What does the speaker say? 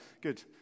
Good